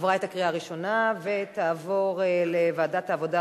עברה את הקריאה ראשונה ותעבור לוועדת העבודה,